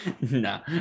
No